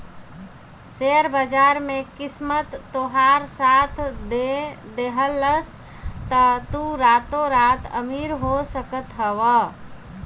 share बाजार में किस्मत तोहार साथ दे देहलस तअ तू रातो रात अमीर हो सकत हवअ